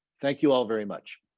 thank you all very much.